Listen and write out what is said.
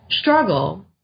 struggle